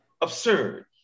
absurd